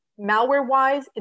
malware-wise